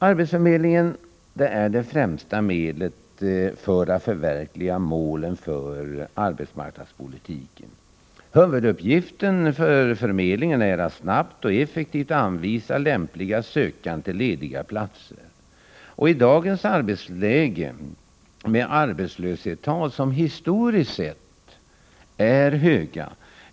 Arbetsförmedlingen är det främsta medlet för att förverkliga målen för arbetsmarknadspolitiken. Huvuduppgiften för förmedlingen är att snabbt och effektivt anvisa lämpliga sökande till lediga platser. I dagens arbetsmarknadsläge, med arbetslöshetstal som historiskt sett är höga.